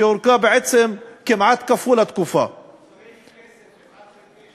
שהיא בעצם ארכה של כמעט פי-שניים מהתקופה.